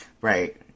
Right